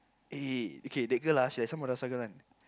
eh okay that girl ah she like some madrasah girl one